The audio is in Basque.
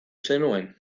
zenuen